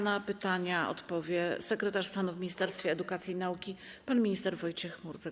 Na pytania odpowie sekretarz stanu w Ministerstwie Edukacji i Nauki pan minister Wojciech Murdzek.